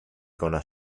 gonna